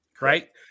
right